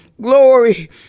Glory